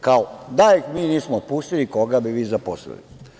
Kao, da ih mi nismo otpustili, koga bi vi zaposlili.